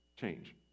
change